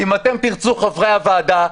אם אתם תרצו חברי הוועדה,